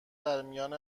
درمیان